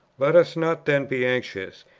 let us not then be anxious,